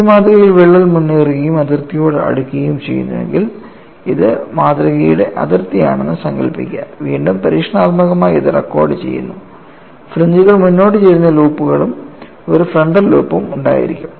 ഈ മാതൃകയിൽ വിള്ളൽ മുന്നേറുകയും അതിർത്തിയോട് അടുക്കുകയും ചെയ്യുന്നുവെങ്കിൽ ഇത് മാതൃകയുടെ അതിർത്തിയാണെന്ന് സങ്കൽപ്പിക്കുക വീണ്ടും പരീക്ഷണാത്മകമായി ഇത് റെക്കോർഡുചെയ്യുന്നു ഫ്രിഞ്ച്കൾ മുന്നോട്ട് ചരിഞ്ഞ ലൂപ്പുകളും ഒരു ഫ്രണ്ടൽ ലൂപ്പും ഉണ്ടായിരിക്കും